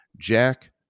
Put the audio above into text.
Jack